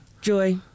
Joy